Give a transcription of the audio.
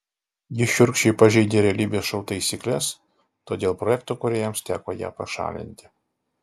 ji šiurkščiai pažeidė realybės šou taisykles todėl projekto kūrėjams teko ją pašalinti